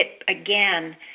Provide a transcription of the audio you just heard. again